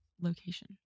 location